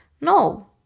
No